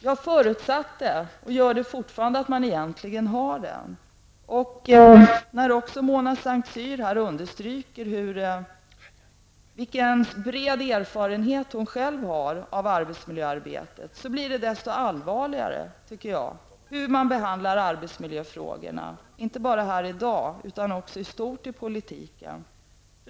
Jag förutsatte, och jag gör det fortfarande, att man egentligen har den. Mona Saint Cyr understryker här den breda erfarenhet som hon själv har av arbetsmiljöverksamheten. Mot den bakgrunden framstår behandlingen av arbetsmiljöfrågorna -- inte bara i dag utan i politiken i stort -- som desto allvarligare.